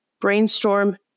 brainstorm